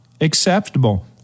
acceptable